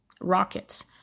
rockets